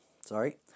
sorry